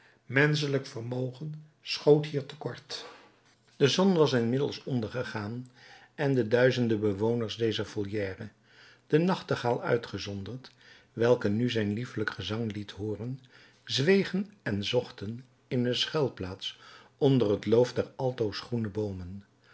menschelijk vermogen schoot hier te kort de zon was inmiddels ondergegaan en de duizenden bewoners dezer volière de nachtegaal uitgezonderd welke nu zijn liefelijk gezang liet hooren zwegen en zochten eene schuilplaats onder het loof der altoos groenende boomen